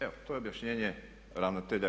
Evo, to je objašnjenje ravnatelja.